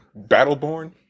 Battleborn